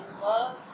love